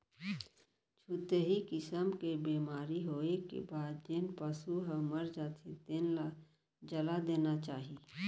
छुतही किसम के बेमारी होए के बाद जेन पसू ह मर जाथे तेन ल जला देना चाही